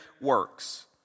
works